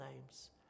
names